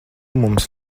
mums